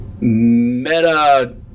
meta